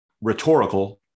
rhetorical